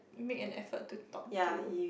make an effort to talk to